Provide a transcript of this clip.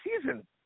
season